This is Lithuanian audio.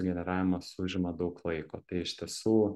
generavimas užima daug laiko tai iš tiesų